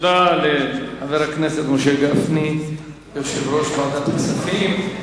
תודה לחבר הכנסת משה גפני, יושב-ראש ועדת הכספים.